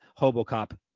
Hobocop